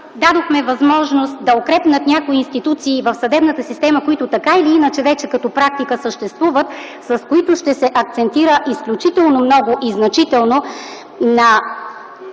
дадохме възможност да укрепнат някои институции в съдебната система, които така или иначе вече като практика съществуват, с които ще се акцентира изключително много и значително на